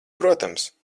protams